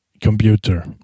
computer